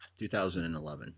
2011